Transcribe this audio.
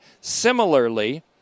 Similarly